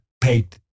paid